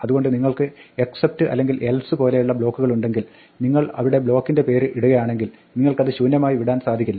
അതുകൊണ്ട് നിങ്ങൾക്ക് എക്സെപ്റ്റ് അല്ലെങ്കിൽ എൽസ് പോലെയുള്ള ബ്ലോക്കുകളുണ്ടെങ്കിൽ നിങ്ങൾ അവിടെ ബ്ലോക്കിന്റെ പേര് ഇടുകയാണെങ്കിൽ നിങ്ങൾക്കത് ശൂന്യമായി വിടാൻ സാധിക്കില്ല